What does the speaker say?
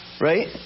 Right